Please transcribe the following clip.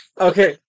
Okay